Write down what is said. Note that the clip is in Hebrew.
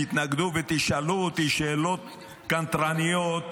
תתנגדו ותשאלו אותי שאלות קנטרניות,